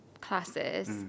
classes